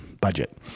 budget